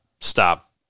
stop